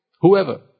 Whoever